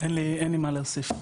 אין לי מה להוסיף.